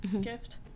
gift